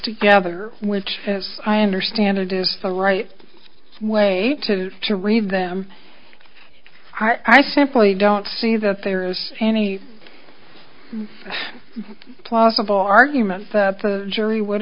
together which as i understand it is a right way to to read them i simply don't see that there is any plausible argument that the jury would